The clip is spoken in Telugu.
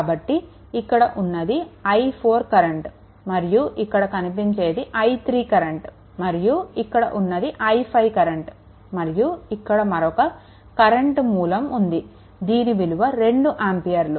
కాబట్టి ఇక్కడ ఉన్నది i4 కరెంట్ మరియు ఇక్కడ కనిపించేది i3 కరెంట్ మరియు ఇక్కడ ఉన్నది i5 కరెంట్ మరియు ఇక్కడ మరొక కరెంట్ మూలం ఉంది దీని విలువ 2 ఆంపియర్లు